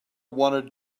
wanted